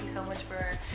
so much for